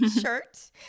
shirt